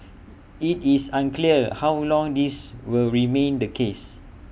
IT is unclear how long this will remain the case